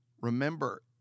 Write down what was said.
Remember